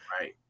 Right